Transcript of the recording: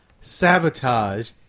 sabotage